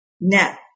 net